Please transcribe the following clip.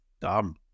dumb